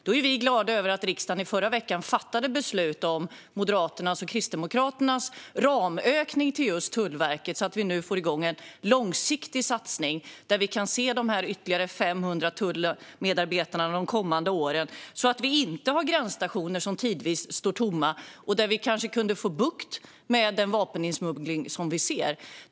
Vi är glada över att riksdagen i förra veckan fattade beslut om Moderaternas och Kristdemokraternas ramökning till just Tullverket så att vi nu får igång en långsiktig satsning där vi kan se de ytterligare 500 tullmedarbetarna de kommande åren. Det skulle göra att vi inte har gränsstationer som tidvis står tomma och att vi kanske får bukt med den vapeninsmuggling som vi ser.